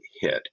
hit